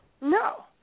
No